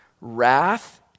wrath